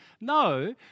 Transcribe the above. No